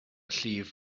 llif